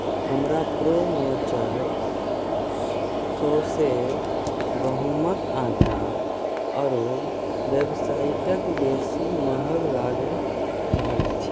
हमरा pro nature सौंसे गहूँमक आटा आरो वेबसाईट सँ बेसी महग लागि रहल अछि